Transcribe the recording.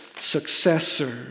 successor